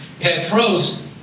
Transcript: Petros